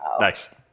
Nice